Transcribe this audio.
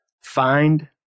Find